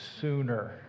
sooner